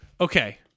Okay